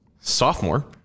sophomore